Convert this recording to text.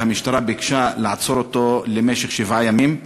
והמשטרה ביקשה לעצור אותו למשך שבעה ימים.